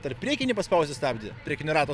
dar priekinį paspausi stabdį priekinio rato